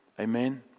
Amen